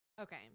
Okay